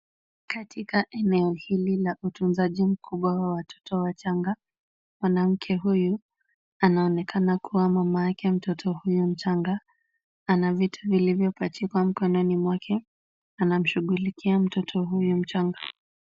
Katika eneo hili la utunzaji mkubwa wa watoto wachanga. Mwanamke huyu, anaonekana kuwa mama yake mtoto huyu mchanga. Anavitu vilipachikwa mkononi mwake, anamshughulikia mtoto huyu mchanga.